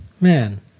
Man